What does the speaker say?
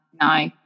no